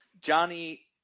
Johnny